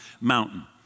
mountain